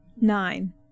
Nine